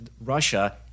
Russia